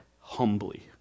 humbly